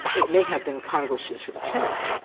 it may have been congress's intent,